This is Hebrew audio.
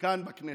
כאן בכנסת.